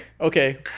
Okay